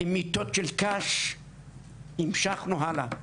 עם מיטות של קש המשכנו הלאה.